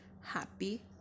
Happy